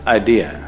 idea